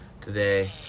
today